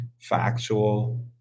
factual